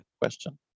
question